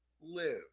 live